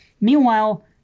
meanwhile